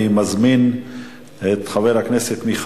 אני מזמין את חבר הכנסת אברהם